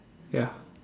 ya